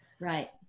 Right